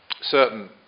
certain